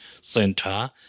Center